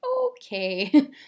okay